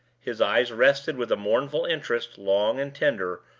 his eyes rested with a mournful interest, long and tender,